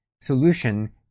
solution